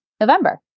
November